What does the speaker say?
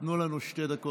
תנו לנו זמן.